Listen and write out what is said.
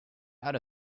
out